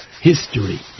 history